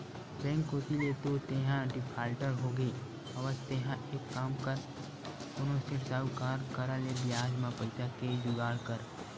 bank कोती ले तो तेंहा डिफाल्टर होगे हवस तेंहा एक काम कर कोनो सेठ, साहुकार करा ले बियाज म पइसा के जुगाड़ कर